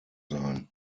sein